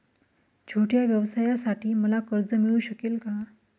छोट्या व्यवसायासाठी मला कर्ज मिळू शकेल का?